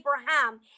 Abraham